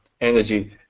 energy